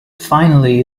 finally